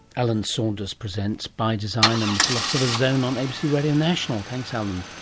alan saunders presents by design and the philosopher's zone on abc radio national. thanks alan